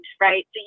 right